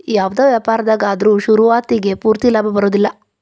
ಯಾವ್ದ ವ್ಯಾಪಾರ್ದಾಗ ಆದ್ರು ಶುರುವಾತಿಗೆ ಪೂರ್ತಿ ಲಾಭಾ ಬರೊದಿಲ್ಲಾ